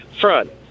Front